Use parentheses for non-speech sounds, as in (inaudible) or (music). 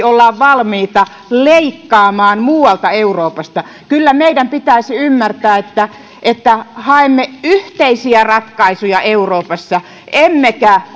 (unintelligible) ollaan valmiita leikkaamaan muualta euroopasta kyllä meidän pitäisi ymmärtää että että haemme yhteisiä ratkaisuja euroopassa emmekä (unintelligible)